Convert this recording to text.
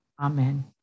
Amen